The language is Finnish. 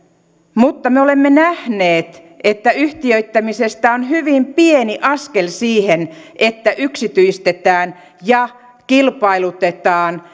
mutta me olemme nähneet että yhtiöittämisestä on hyvin pieni askel siihen että yksityistetään ja kilpailutetaan